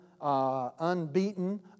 unbeaten